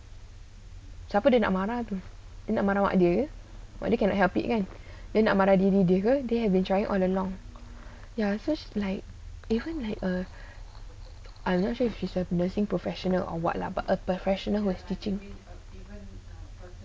siapa dia nak marah tu dia nak marah mak dia ke mak dia cannot help it kan dia nak marah diri dia ke dia ada choice all along ya so she like even like a I'm not sure whether nursing professionals or [what] lah but a professional who is teaching